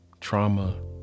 trauma